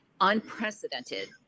unprecedented